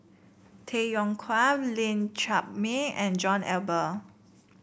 Tay Yong Kwang Lee Chiaw Meng and John Eber